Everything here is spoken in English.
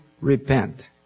repent